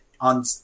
on